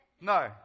No